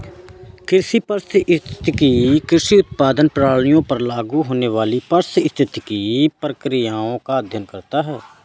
कृषि पारिस्थितिकी कृषि उत्पादन प्रणालियों पर लागू होने वाली पारिस्थितिक प्रक्रियाओं का अध्ययन करता है